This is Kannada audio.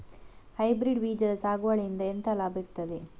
ಹೈಬ್ರಿಡ್ ಬೀಜದ ಸಾಗುವಳಿಯಿಂದ ಎಂತ ಲಾಭ ಇರ್ತದೆ?